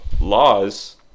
laws